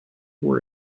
were